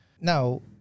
now